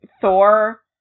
Thor